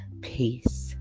Peace